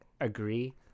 agree